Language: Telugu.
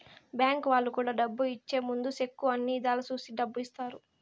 బ్యాంక్ వాళ్ళు కూడా డబ్బు ఇచ్చే ముందు సెక్కు అన్ని ఇధాల చూసి డబ్బు ఇత్తారు